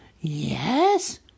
yes